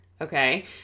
okay